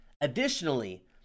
Additionally